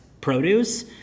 produce